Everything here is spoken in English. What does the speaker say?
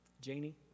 Janie